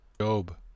Job